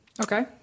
Okay